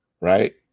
right